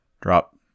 drop